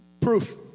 Proof